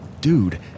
Dude